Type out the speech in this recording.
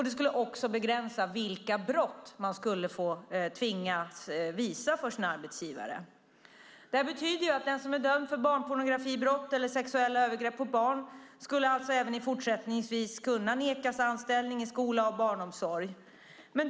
Det skulle också begränsa vilka brott man skulle tvingas visa för sin arbetsgivare. Det här betyder att den som är dömd för barnpornografibrott eller sexuella övergrepp på barn alltså även fortsättningsvis skulle kunna nekas anställning i skola och barnomsorg.